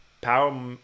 power